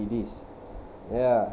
it is ya